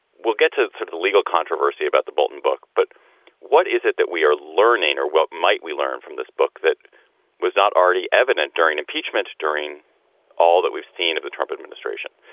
we'll get to that through the legal controversy about the bolton book. but what is it that we are learning or what might we learn from this book? that was not already evident during impeachment, during all that we've seen of the trump administration.